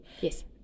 Yes